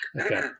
Okay